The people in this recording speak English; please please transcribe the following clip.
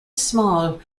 small